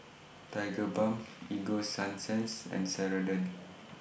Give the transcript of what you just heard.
Tigerbalm Ego Sunsense and Ceradan